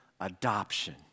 adoption